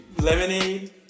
Lemonade